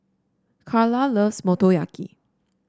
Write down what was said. Karla loves Motoyaki